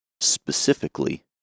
specifically